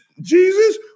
Jesus